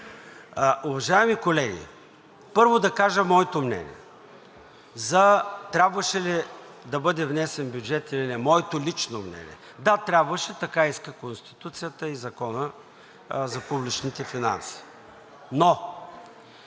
Уважаеми колеги, първо да кажа моето мнение. Трябваше ли да бъде внесен бюджет или не? Моето лично мнение е, да, трябваше. Така иска Конституцията и Законът за публичните финанси, но